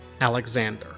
Alexander